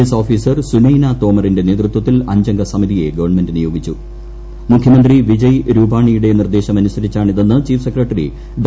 S officer Sunaina തോമറിന്റെ നേതൃത്വത്തിൽ അഞ്ചംഗ സമിതിയെ ഗവൺമെന്റ് നിയോഗിച്ചു മുഖ്യമന്ത്രി വിജയ് രൂപാണിയുടെ നിർദ്ദേശമനുസരിച്ചാണിതെന്ന് ചീഫ് സെക്രട്ടറി ഡോ